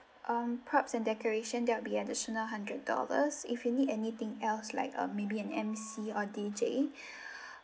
um props and decoration that will be additional hundred dollars if you need anything else like uh maybe an emcee or D_J